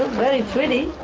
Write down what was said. very pretty.